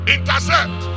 Intercept